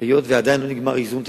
היות שעדיין לא נגמר איזון התיקים,